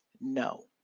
no